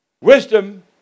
Wisdom